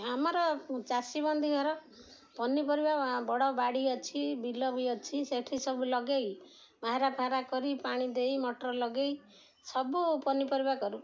ଆମର ଚାଷୀ ବନ୍ଦି ଘର ପନିପରିବା ବଡ଼ ବାଡ଼ି ଅଛି ବିଲ ବି ଅଛି ସେଇଠି ସବୁ ଲଗେଇ ମାହାରା ଫାଆରା କରି ପାଣି ଦେଇ ମୋଟର୍ ଲଗେଇ ସବୁ ପନିପରିବା କରୁ